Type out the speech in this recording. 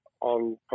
on